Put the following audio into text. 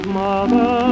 mother